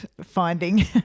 finding